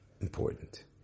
important